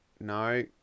No